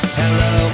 hello